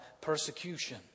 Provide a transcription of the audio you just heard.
persecution